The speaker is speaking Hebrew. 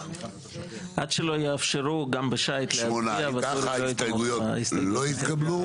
הצבעה ההסתייגויות נדחו אם ככה ההסתייגויות לא התקבלו.